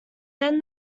then